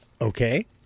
Okay